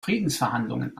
friedensverhandlungen